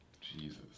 Jesus